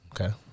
Okay